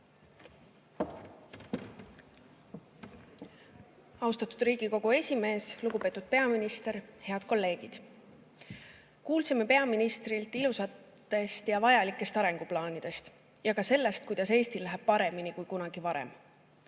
Austatud Riigikogu esimees! Lugupeetud peaminister! Head kolleegid! Kuulsime peaministrilt ilusatest ja vajalikest arenguplaanidest ja ka sellest, kuidas Eestil läheb paremini kui kunagi varem.